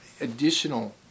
additional